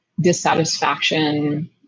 dissatisfaction